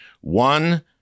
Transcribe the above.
One